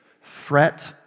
Fret